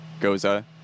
Goza